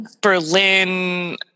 Berlin